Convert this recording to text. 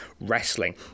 wrestling